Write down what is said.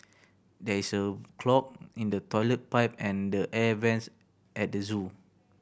there is a clog in the toilet pipe and the air vents at the zoo